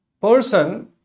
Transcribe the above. person